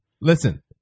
Listen